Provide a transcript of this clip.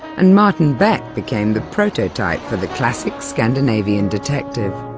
and martin beck became the prototype for the classic scandinavian detective.